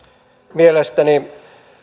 mielestäni